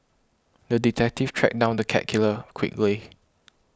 the detective tracked down the cat killer quickly